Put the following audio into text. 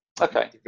Okay